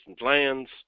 lands